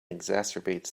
exacerbates